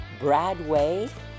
Bradway